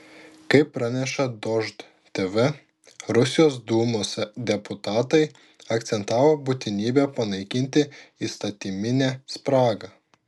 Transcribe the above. kaip praneša dožd tv rusijos dūmos deputatai akcentavo būtinybę panaikinti įstatyminę spragą